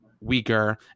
weaker